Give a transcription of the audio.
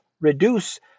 reduce